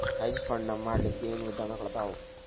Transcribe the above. Hedge fund ನ ಮಾಡ್ಲಿಕ್ಕೆ ಏನ್ ವಿಧಾನಗಳದಾವು?